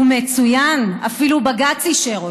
הוא מצוין, אפילו בג"ץ אישר אותו,